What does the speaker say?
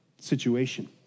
situation